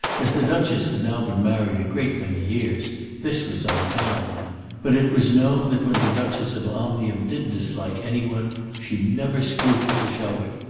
as the duchess had now been married a great many years this was unkind but it was known that when the duchess of omnium did dislike any one, she never scrupled to show it.